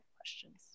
questions